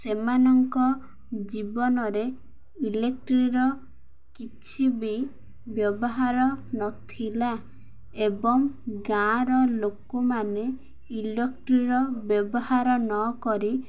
ସେମାନଙ୍କ ଜୀବନରେ ଇଲେକ୍ଟ୍ରିର କିଛି ବି ବ୍ୟବହାର ନଥିଲା ଏବଂ ଗାଁର ଲୋକମାନେ ଇଲେକ୍ଟ୍ରିର ବ୍ୟବହାର ନକରି